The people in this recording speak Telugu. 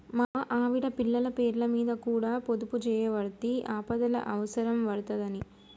మా ఆవిడ, పిల్లల పేర్లమీద కూడ పొదుపుజేయవడ్తి, ఆపదల అవుసరం పడ్తదని